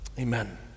Amen